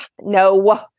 no